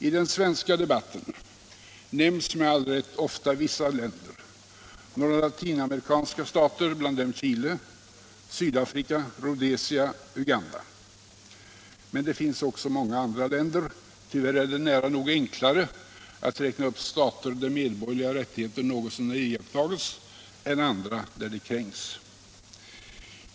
I den svenska debatten nämns med all rätt ofta vissa länder — några latinamerikanska stater, Sydafrika, Rhodesia och Uganda. Men det finns många andra länder. Tyvärr är det nära nog enklare att räkna upp stater där medborgerliga rättigheter något så när iakttages än stater där de kränks.